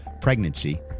pregnancy